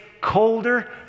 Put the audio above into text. colder